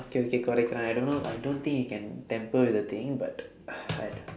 okay okay correct right I don't I don't think you can tamper with the thing but I